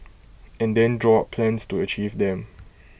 and then draw up plans to achieve them